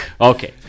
Okay